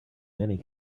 many